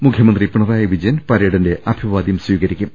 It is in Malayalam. മുഖ്യമന്ത്രി പിണറായി വിജയൻ പരേഡിന്റെ അഭിവാദ്യം സ്വീകരിക്കും